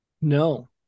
No